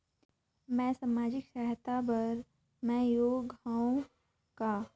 मैं समाजिक सहायता सहायता बार मैं योग हवं कौन?